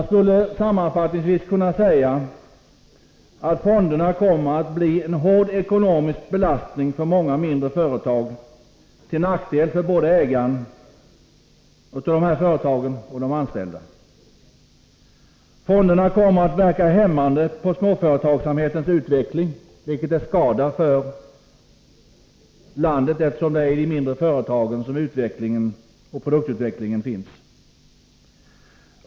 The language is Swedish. Sammanfattningsvis kan man säga: Fonderna kommer att bli en hård ekonomisk belastning för många mindre företag, till nackdel för både ägarna av företagen och de anställda. Fonderna kommer att verka hämmande på småföretagsamhetens utveckling, vilket är till skada för landet, eftersom det är i de mindre företagen produktutvecklingen finns.